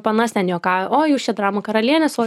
panas ten juokauja oi jūs čia dramų karalienės oi